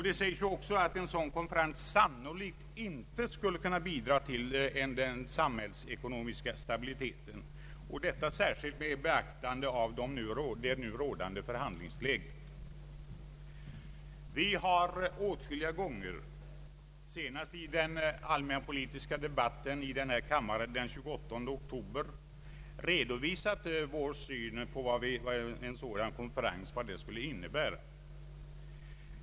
Det sägs också att en sådan konferens sannolikt inte skulle kunna bidra till samhällsekonomisk stabilitet, särskilt med beaktande av nu rådande förhandlingsläge. Vi har åtskilliga gånger, senast i den allmänpolitiska debatten i denna kammare den 28 oktober, redovisat vår syn på vad en sådan konferens innebär.